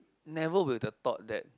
never will the thought that